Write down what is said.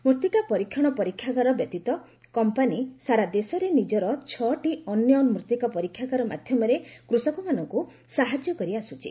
ମୂଭିକା ପରୀକ୍ଷଣ ପରୀକ୍ଷାଗାର ବ୍ୟତୀତ କମ୍ପାନି ସାରା ଦେଶରେ ନିଜର ଛଅଟି ଅନ୍ୟ ମୃଭିକା ପରୀକ୍ଷାଗାର ମାଧ୍ୟମରେ କୃଷକମାନଙ୍କୁ ସାହାଯ୍ୟ କରିଆସ୍କୁଛି